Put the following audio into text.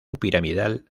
piramidal